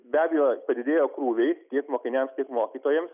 be abejo padidėjo krūviai tiek mokiniams mokytojams